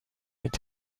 est